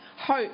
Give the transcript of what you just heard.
Hope